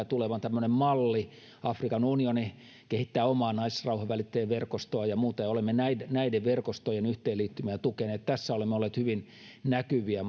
tulevan tämmöinen malli afrikan unioni kehittää omaa naisrauhanvälittäjäverkostoa ja muuta ja olemme näiden näiden verkostojen yhteenliittymä ja tukeneet tässä olemme olleet hyvin näkyviä